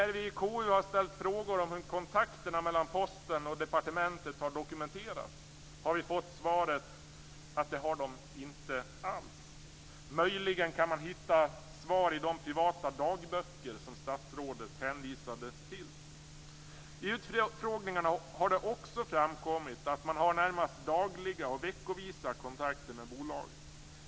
När vi i konstitutionsutskottet har ställt frågor om hur kontakterna mellan Posten AB och departementet har dokumenterats har vi fått svaret att det har de inte alls. Möjligen kan man hitta svar i de privata dagböcker som statsrådet hänvisade till. I utfrågningarna har det också framkommit att man har närmast dagliga och veckovisa kontakter med bolaget.